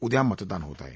उद्या मतदान होत आहे